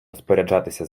розпоряджатися